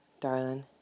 Darling